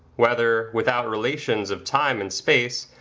whether, without relations of time and space,